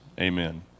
Amen